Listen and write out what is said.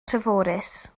treforys